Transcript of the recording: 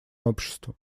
обществом